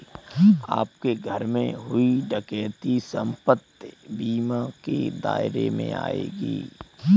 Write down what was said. आपके घर में हुई डकैती संपत्ति बीमा के दायरे में आएगी